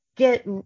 get